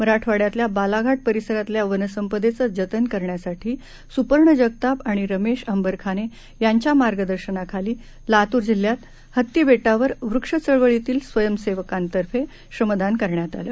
मराठवाड्यातल्या बालाघाट परिसरातल्या वनसंपदेचं जतन करण्यासाठी स्पर्ण जगताप आणि रमेश अंबरखाने यांच्या मार्गदर्शनाखाली लातूर जिल्ह्यात हत्तीबेटावर वृक्ष चळवळीतील स्वयंसेवकातर्फे श्रमदान करण्यात आलं